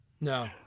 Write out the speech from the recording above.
No